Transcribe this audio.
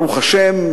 שברוך השם,